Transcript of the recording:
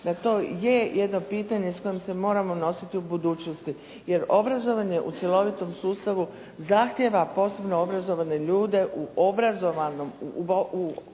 to je jedno pitanje s kojim se moramo nositi u budućnosti jer obrazovanje u cjelovitom sustavu zahtjeva posebno obrazovane ljude u obrazovnom sustavu,